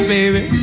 baby